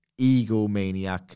egomaniac